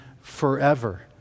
forever